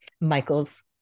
Michael's